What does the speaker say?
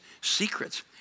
secrets